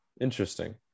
interesting